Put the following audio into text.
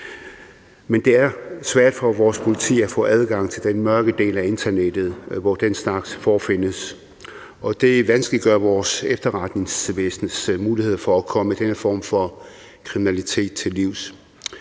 men det er svært for vores politi at få adgang til den mørke del af internettet, hvor den slags forefindes, og det vanskeliggør vores efterretningsvæsens muligheder for at komme denne form for kriminalitet til livs.